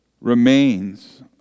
remains